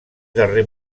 darrer